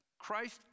Christ